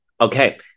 Okay